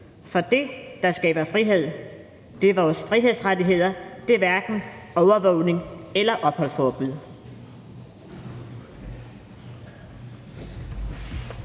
For det, der skaber frihed, er vores frihedsrettigheder, og det er hverken overvågning eller opholdsforbud.